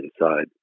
inside